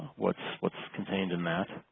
what's what's contained in that.